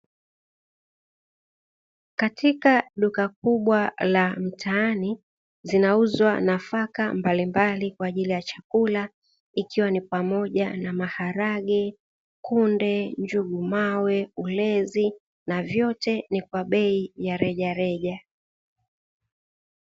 Katika duka kubwa la mtaani zinauzwa nafaka mbalimbali kwaajili ya chakula ikiwa ni pamoja na maharage, kunde, njugumawe, ulezi na vyote ni kwa bei ya rejareja.